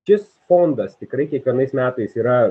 šis fondas tikrai kiekvienais metais yra